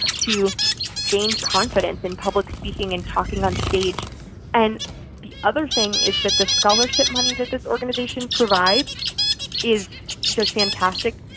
to gain confidence in public speaking and talking onstage and the other thing is that the scholarship money that this organization provides is just fantastic.